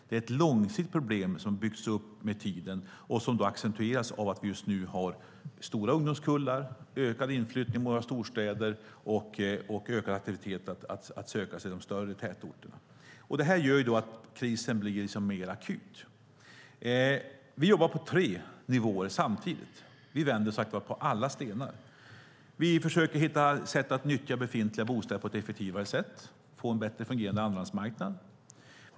Det är ett långsiktigt problem som har byggts upp med tiden och som accentueras av att vi just nu har stora ungdomskullar, ökad inflyttning till många av våra storstäder och ökad aktivitet för att söka sig till de större tätorterna. Det gör att krisen liksom blir mer akut. Vi jobbar på tre nivåer samtidigt. Vi vänder som sagt på alla stenar. Vi försöker hitta sätt att nyttja befintliga bostäder på ett effektivare sätt och få en bättre fungerande andrahandsmarknad.